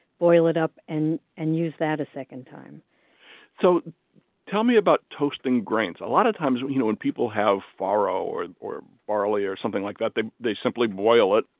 boil it up and and use that a second time so tell me about toasting grains. a lot of times you know when people have farro or or barley or something like that, they they simply boil it,